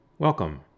Welcome